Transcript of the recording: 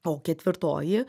o ketvirtoji